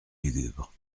lugubre